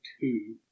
two